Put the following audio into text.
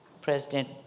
President